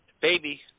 baby